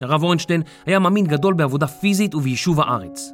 הרב אורנשטיין היה מאמין גדול בעבודה פיזית וביישוב הארץ.